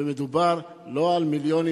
ולא מדובר על מיליונים,